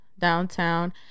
downtown